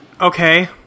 Okay